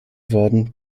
worden